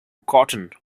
cotton